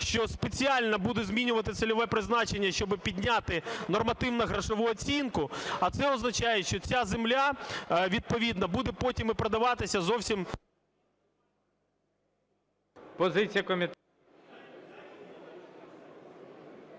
що спеціально будуть змінювати цільове призначення, щоб підняти нормативно-грошову оцінку. А це означає, що ця земля відповідно буде потім і продаватися зовсім…